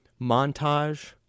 montage